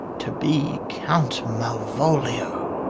to be count malvolio!